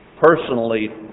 personally